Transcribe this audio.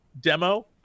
demo